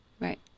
right